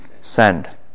Send